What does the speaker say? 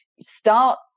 start